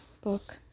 book